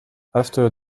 after